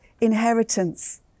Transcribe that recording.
inheritance